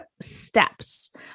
steps